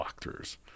walkthroughs